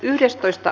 asia